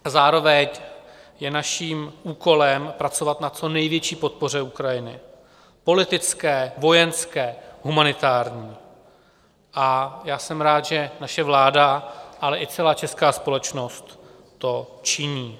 A zároveň je naším úkolem pracovat na co největší podpoře Ukrajiny politické, vojenské, humanitární a já jsem rád, že naše vláda, ale i celá česká společnost to činí.